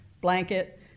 blanket